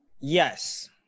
Yes